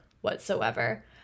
whatsoever